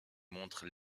montre